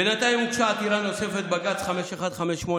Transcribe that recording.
בינתיים הוגשה עתירה נוספת, בג"ץ 5158/21,